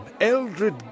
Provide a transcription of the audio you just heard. Eldred